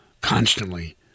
constantly